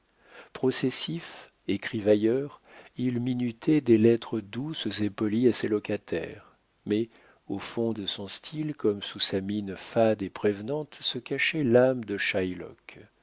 processif écrivailleur il minutait des lettres douces et polies à ses locataires mais au fond de son style comme sous sa mine fade et prévenante se cachait l'âme de